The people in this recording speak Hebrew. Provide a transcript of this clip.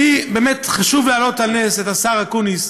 לי חשוב להעלות על נס את השר אקוניס,